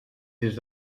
des